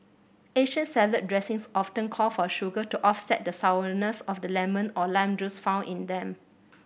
Asian salad dressings often call for sugar to offset the sourness of the lemon or lime juice found in them